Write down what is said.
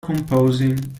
composing